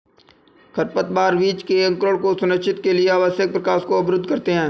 खरपतवार बीज के अंकुरण को सुनिश्चित के लिए आवश्यक प्रकाश को अवरुद्ध करते है